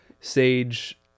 sage